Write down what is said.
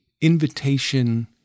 invitation